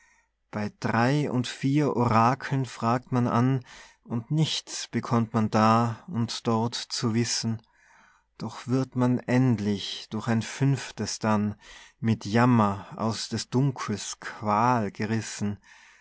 bei drei und vier orakeln fragt man an und nichts bekommt man da und dort zu wissen doch wird man endlich durch ein fünftes dann mit jammer aus des dunkels qual gerissen